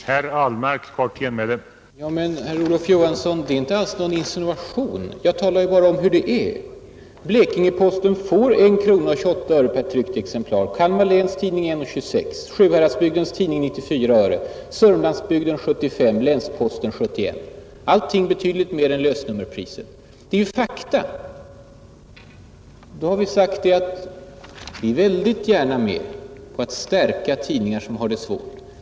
Herr talman! Men, herr Olof Johansson, det är inte alls någon insinuation. Jag talar ju bara om hur det är. Blekinge-Posten får 1:28 kronor per tryckt exemplar, Kalmar Läns Tidning 1:26 kronor, Sjuhäradsbygdens Tidning 94 öre, Sörmlandsbygden 75 öre, Länsposten 71 öre, allt betydligt mer än lösnummerpriset. Det är fakta. Då har vi sagt att vi väldigt gärna är med att stärka tidningar som har det svårt.